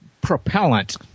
propellant